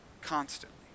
constantly